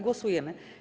Głosujemy.